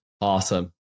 Awesome